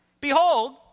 behold